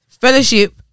fellowship